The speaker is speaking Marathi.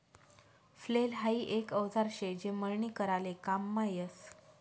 फ्लेल हाई एक औजार शे जे मळणी कराले काममा यस